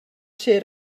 ser